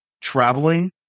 traveling